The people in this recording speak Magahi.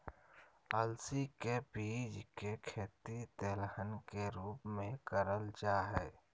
अलसी के बीज के खेती तेलहन के रूप मे करल जा हई